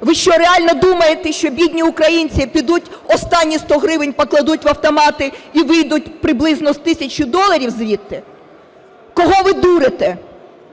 Ви що, реально думаєте, що бідні українці підуть останні 100 гривень покладуть в автомати і вийдуть приблизно з тисячу доларів звідти? Кого ви дурите?